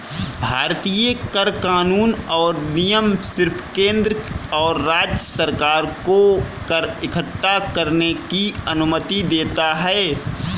भारतीय कर कानून और नियम सिर्फ केंद्र और राज्य सरकार को कर इक्कठा करने की अनुमति देता है